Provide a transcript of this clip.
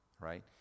right